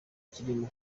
kiri